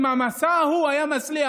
אם המסע ההוא היה מצליח,